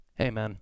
amen